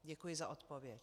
Děkuji za odpověď.